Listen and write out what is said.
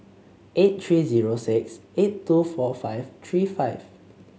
eight three zero six eight two four five three five